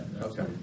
Okay